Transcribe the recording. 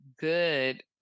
good